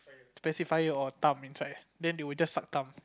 pacifier or thumb inside then they will just suck thumb